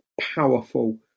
powerful